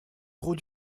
grau